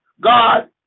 God